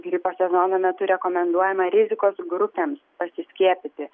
gripo sezono metu rekomenduojama rizikos grupėms pasiskiepyti